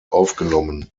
aufgenommen